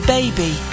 Baby